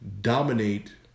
dominate